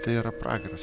tai yra pragaras